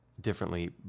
differently